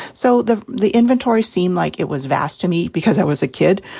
so the the inventory seemed like it was vast to me, because i was a kid.